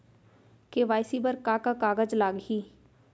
KYC बर का का कागज लागही?